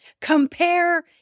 Compare